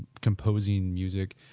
composing music.